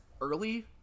early